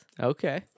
okay